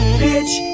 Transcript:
bitch